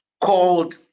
called